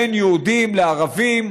בין יהודים לערבים,